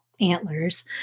antlers